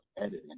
editing